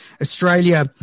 Australia